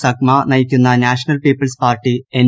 സഗ്മ നയിക്കുന്ന national people's party N